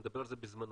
אני מדבר על בזמנו,